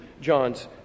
John's